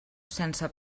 sense